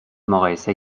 مقایسه